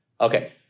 Okay